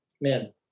man